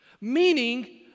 Meaning